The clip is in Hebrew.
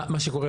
מה שקורה,